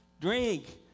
drink